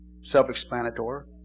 Self-explanatory